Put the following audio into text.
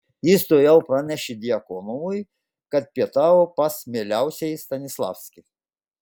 jis tuojau pranešė djakonovui kad pietavo pas mieliausiąjį stanislavskį